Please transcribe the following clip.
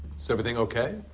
so everything okay?